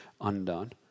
undone